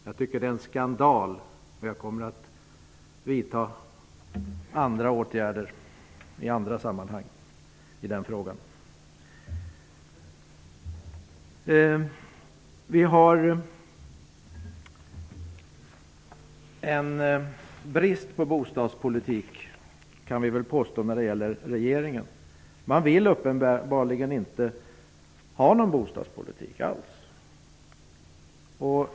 Jag tycker att det är en skandal. Jag kommer att vidta andra åtgärder i andra sammanhang i denna fråga. Det finns en brist på bostadspolitik hos regeringen. Den vill uppenbarligen inte ha någon bostadspolitik alls.